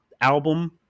album